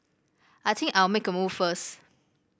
I think I'll make a move first